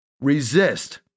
resist